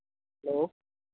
hello